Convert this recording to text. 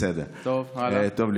בסדר, טוב לשמוע.